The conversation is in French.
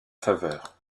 faveur